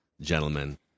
gentlemen